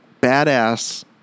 badass